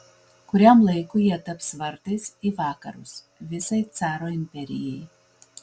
kuriam laikui jie taps vartais į vakarus visai caro imperijai